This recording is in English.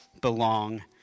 belong